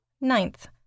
Ninth